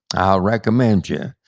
i'll recommend you.